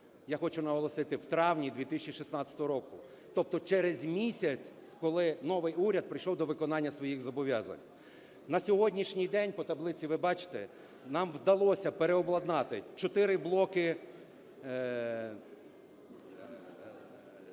Я хочу наголосити: у травні 2016 року, тобто через місяць, коли новий уряд прийшов до виконання своїх зобов'язань. На сьогоднішній день, по таблиці ви бачите, нам вдалося переобладнати чотири блоки